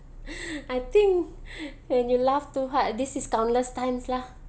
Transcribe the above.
I think when you laugh too hard this is countless times lah